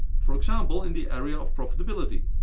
for example in the area of profitability?